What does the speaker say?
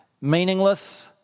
meaningless